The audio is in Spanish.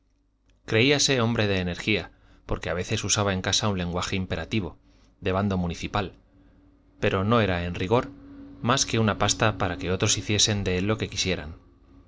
nuevas creíase hombre de energía porque a veces usaba en casa un lenguaje imperativo de bando municipal pero no era en rigor más que una pasta para que otros hiciesen de él lo que quisieran